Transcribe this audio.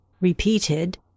repeated